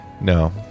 no